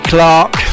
Clark